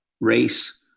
race